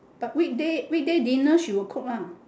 but weekday weekday dinner she would cook lah